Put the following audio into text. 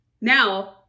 Now